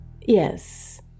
Yes